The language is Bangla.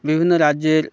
বিভিন্ন রাজ্যের